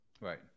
Right